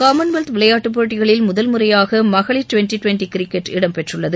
Commonwealth விளையாட்டு போட்டிகளில் முதல்முறையாக மகளிர் டுவென்டி டுவென்டி கிரிக்கெட் இடம்பெற்றுள்ளது